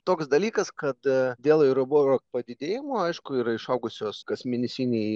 toks dalykas kad dėl euriboro padidėjimo aišku yra išaugusios kasmėnesiniai